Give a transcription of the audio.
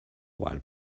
while